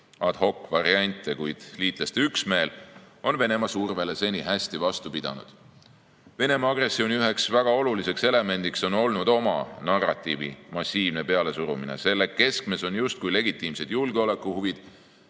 hocvariante, kuid liitlaste üksmeel on Venemaa survele seni hästi vastu pidanud. Venemaa agressiooni üheks väga oluliseks elemendiks on olnud oma narratiivi massiivne pealesurumine. Selle keskmes on justkui legitiimsed julgeolekuhuvid,